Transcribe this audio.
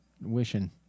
wishing